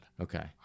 Okay